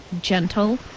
gentle